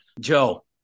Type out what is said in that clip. Joe